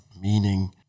meaning